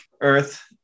earth